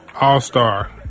All-Star